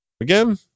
again